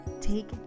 Take